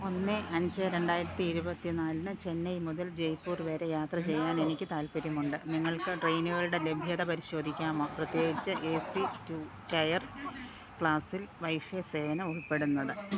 ഒന്ന് അഞ്ച് രണ്ടായിരത്തി ഇരുപത്തി നാലിന് ചെന്നൈ മുതൽ ജയ്പൂർ വരെ യാത്ര ചെയ്യാൻ എനിക്ക് താൽപ്പര്യമുണ്ട് നിങ്ങൾക്ക് ട്രെയിനുകളുടെ ലഭ്യത പരിശോധിക്കാമോ പ്രത്യേകിച്ച് എ സി ടു ടയർ ക്ലാസിൽ വൈഫൈ സേവനം ഉൾപ്പെടുന്നത്